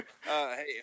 Hey